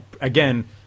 again